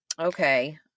okay